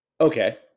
Okay